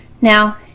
Now